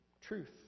Truth